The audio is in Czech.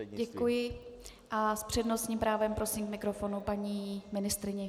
Děkuji a s přednostním právem prosím k mikrofonu paní ministryni.